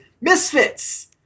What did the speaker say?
Misfits